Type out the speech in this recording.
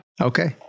Okay